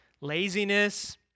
laziness